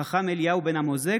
חכם אליהו בן אמוזג,